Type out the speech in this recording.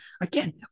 again